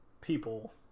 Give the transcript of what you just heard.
people